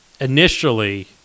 initially